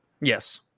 Yes